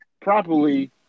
properly